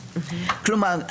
כלומר,